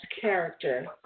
character